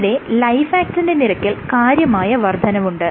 ഇവിടെ Lifeact ന്റെ നിരക്കിൽ കാര്യമായ വർദ്ധനവുണ്ട്